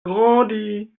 grandi